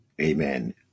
amen